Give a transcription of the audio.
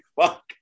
fuck